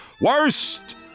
worst